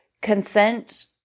consent